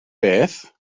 beth